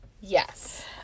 Yes